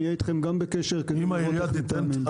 נהיה בקשר גם איתכם.